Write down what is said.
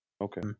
Okay